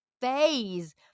phase